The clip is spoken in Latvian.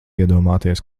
iedomāties